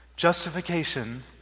Justification